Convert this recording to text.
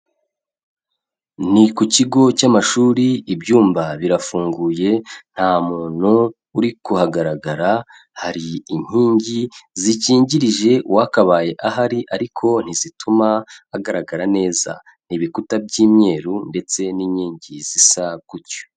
Ni ku kigo cy'amashuri ibyumba birafunguye nta muntu uri kuhagaragara, hari inkingi zikingirije uwakabaye ahari, ariko ntizituma agaragara neza, ibikuta by'imyeru ndetse n'inkingi zisa gutyo.